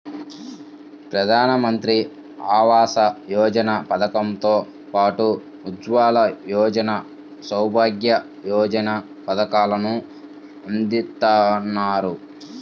ప్రధానమంత్రి ఆవాస యోజన పథకం తో పాటు ఉజ్వల యోజన, సౌభాగ్య యోజన పథకాలను అందిత్తన్నారు